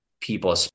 people